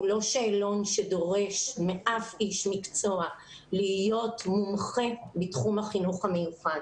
הוא לא שאלון שדורש מאף איש מקצוע להיות מומחה בתחום החינוך המיוחד.